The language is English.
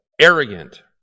arrogant